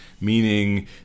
meaning